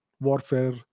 warfare